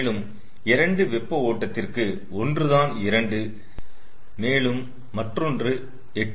மேலும் 2 வெப்ப ஓட்டத்திற்கு1 தான் 2 மேலும் மற்றொன்று 8